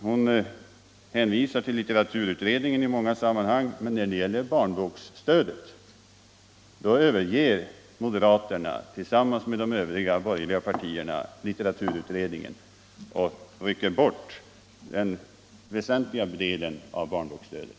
Hon hänvisar till litteraturutredningen i många sammanhang, men när det gäller barnboksstödet överger moderaterna, tillsammans med de övriga borgerliga partierna, litteraturutredningen och rycker bort den väsentliga delen av barnboksstödet.